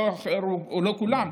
או לא כולם,